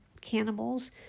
cannibals